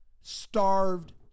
Starved